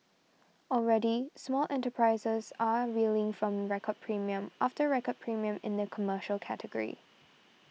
already small enterprises are reeling from record premium after record premium in the commercial category